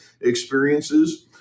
experiences